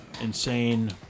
insane